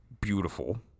beautiful